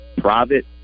private